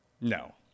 No